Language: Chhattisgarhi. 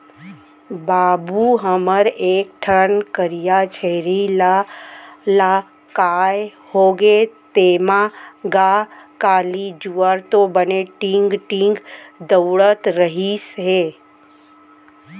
बाबू हमर एक ठन करिया छेरी ला काय होगे तेंमा गा, काली जुवार तो बने टींग टींग दउड़त रिहिस हे